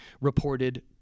reported